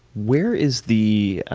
where is the